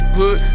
put